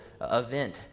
event